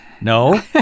No